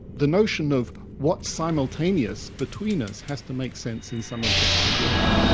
the notion of what's simultaneous between us, has to make sense in some objective way.